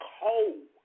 cold